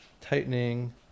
tightening